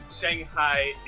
Shanghai